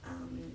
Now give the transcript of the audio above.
um